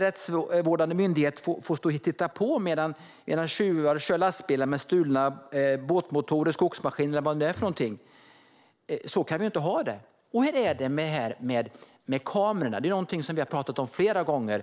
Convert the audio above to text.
Rättsvårdande myndighet får stå och titta på medan tjuvar kör lastbilar med stulna båtmotorer, skogsmaskiner eller vad det nu är för någonting. Så kan vi inte ha det. Och hur är det med kamerorna, som andra länder har? Det är någonting som vi har pratat om flera gånger.